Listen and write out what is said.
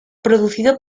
producido